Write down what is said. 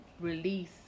release